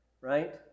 right